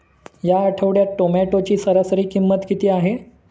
या आठवड्यात टोमॅटोची सरासरी किंमत किती आहे?